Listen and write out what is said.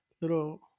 little